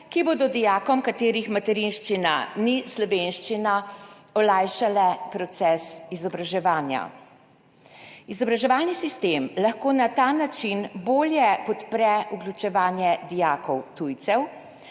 ki bodo dijakom, katerih materinščina ni slovenščina, olajšale proces izobraževanja. Izobraževalni sistem lahko na ta način bolje podpre vključevanje dijakov tujcev.